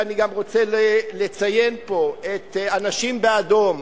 ואני גם רוצה לציין פה את "אנשים באדום",